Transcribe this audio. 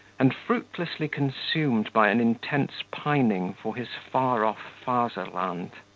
and fruitlessly consumed by an intense pining for his far-off fatherland.